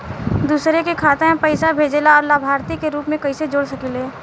दूसरे के खाता में पइसा भेजेला और लभार्थी के रूप में कइसे जोड़ सकिले?